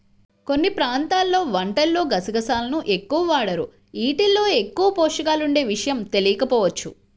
కొన్ని ప్రాంతాల్లో వంటల్లో గసగసాలను ఎక్కువగా వాడరు, యీటిల్లో ఎక్కువ పోషకాలుండే విషయం తెలియకపోవచ్చు